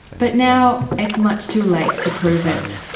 but now it's much too late to prove it.